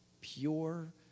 pure